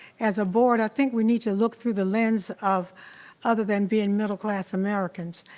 as a board, i think we need to look through the lens of other than being middle class americans.